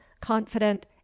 confident